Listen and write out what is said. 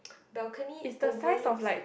balcony overlooks